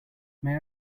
may